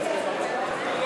הצעת סיעת ש"ס להביע